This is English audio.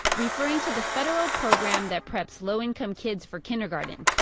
referring to the federal program that preps low income kids for kindergarten.